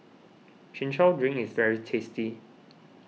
Chin Chow Drink is very tasty